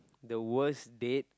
the worst date